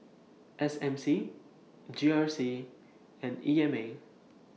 S M C G R C and E M A